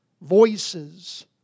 voices